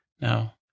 Now